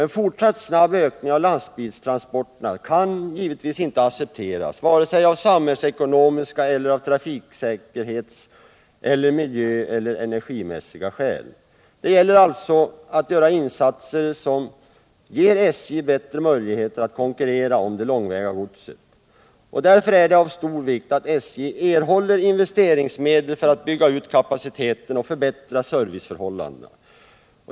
En fortsatt snabb ökning av lastbilstransporterna kan inte accepteras vare sig av samhällsekonomiska eller av trafiksäkerhets-, miljöoch energimässiga skäl. Det gäller alltså att göra insatser som ger SJ bättre möjligheter att konkurrera om det långväga godset. Därför är det av stor vikt att SJ erhåller investeringsmedel för att bygga ut sin kapacitet och förbättra serviceförhållandena.